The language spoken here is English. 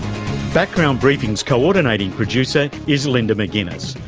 background briefing's coordinating producer is linda mcginness,